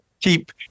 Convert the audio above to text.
keep